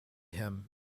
him